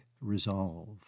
resolve